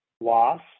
loss